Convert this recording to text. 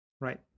Right